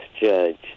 judge